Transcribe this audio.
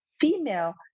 female